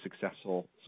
successful